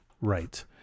Right